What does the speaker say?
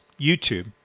YouTube